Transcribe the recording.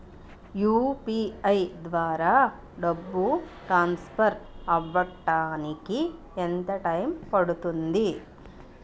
UPI ద్వారా డబ్బు transfer అవ్వడానికి ఎంత టైం పడుతుంది?